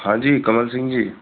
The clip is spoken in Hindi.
हाँ जी कमल सिंह जी